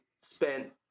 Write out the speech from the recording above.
spent